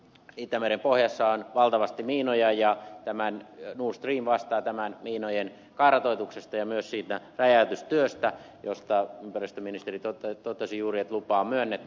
itämeren pohjassa on valtavasti miinoja ja nord stream vastaa miinojen kartoituksesta ja myös siitä räjäytystyöstä josta ympäristöministeri totesi juuri että lupa on myönnetty